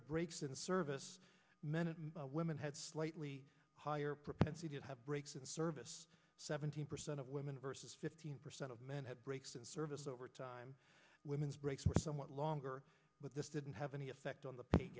to breaks in service men and women had slightly higher propensity of breaks in the service seventy percent of women versus fifteen percent of men had breaks in service overtime women's breaks were somewhat longer but this didn't have any effect on the pay